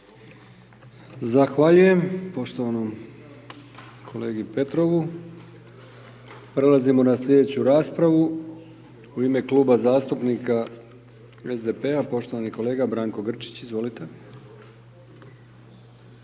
Zahvaljujem poštovanom kolegi Pernaru. Prelazimo na slijedeću raspravu, u ime kluba zastupnika SDSS-a, poštovani kolega Boris Milošević, izvolite.